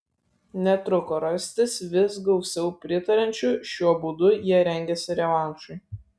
netruko rastis vis gausiau pritariančių šiuo būdu jie rengėsi revanšui